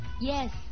Yes